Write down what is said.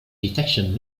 detection